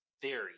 theory